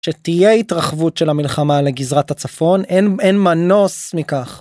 שתהיה התרחבות של המלחמה לגזרת הצפון אין מנוס מכך.